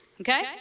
Okay